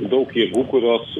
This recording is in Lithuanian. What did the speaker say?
daug jėgų kurios